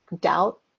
doubt